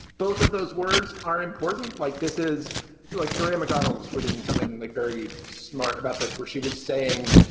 both of those words are important. like this is like serena mcconnell's swinging something like very smart about this, where she was saying,